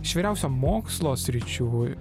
iš įvairiausio mokslo sričių